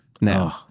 Now